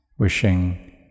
wishing